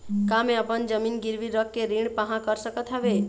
का मैं अपन जमीन गिरवी रख के ऋण पाहां कर सकत हावे?